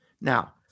Now